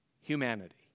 humanity